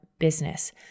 business